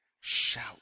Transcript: shout